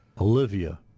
Olivia